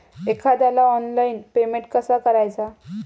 एखाद्याला online payment कसा करायचा?